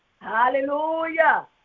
Hallelujah